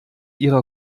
ihrer